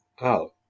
out